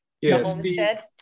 yes